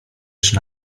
czy